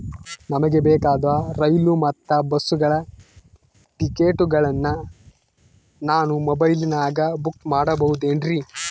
ನಮಗೆ ಬೇಕಾದ ರೈಲು ಮತ್ತ ಬಸ್ಸುಗಳ ಟಿಕೆಟುಗಳನ್ನ ನಾನು ಮೊಬೈಲಿನಾಗ ಬುಕ್ ಮಾಡಬಹುದೇನ್ರಿ?